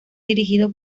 dirigido